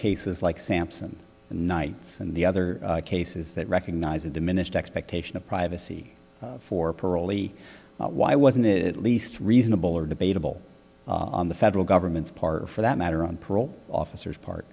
cases like sampson knights and the other cases that recognize a diminished expectation of privacy for parolee why wasn't it least reasonable or debatable on the federal government's part for that matter on parole officers part